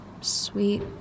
sweet